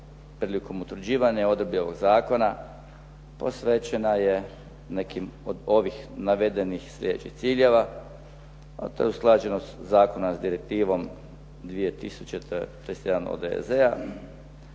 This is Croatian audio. prilikom utvrđivanja odabranog zakona posvećena je nekim od ovih navedenih sljedećih ciljeva, a to je usklađenost zakona s Direktivom 2000./31 od EZ-a,